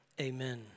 Amen